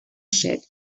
said